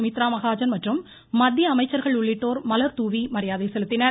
சுமித்ரா மகாஜன் மற்றும் மத்திய அமைச்சர்கள் உள்ளிட்டோர் மலர் தூவி மரியாதை செலுத்தினர்